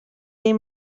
این